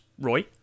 Roy